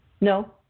No